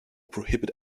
prohibit